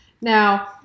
now